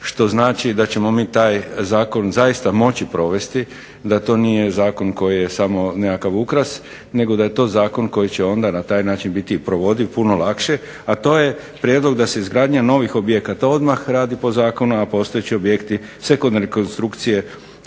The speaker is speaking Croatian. što znači da ćemo mi taj zakon zaista moći provesti, da to nije zakon koji je samo nekakav ukras, nego da je to zakon koji će onda na taj način biti i provodiv puno lakše, a to je prijedlog da se izgradnja novih objekata odmah radi po zakonu, a postojeći objekti se kod rekonstrukcije